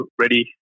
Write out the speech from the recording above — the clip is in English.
ready